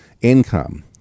income